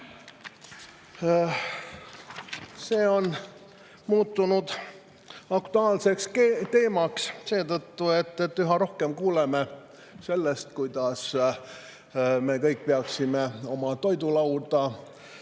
See on muutunud aktuaalseks teemaks seetõttu, et üha rohkem kuuleme me sellest, kuidas me kõik peaksime oma toidulauda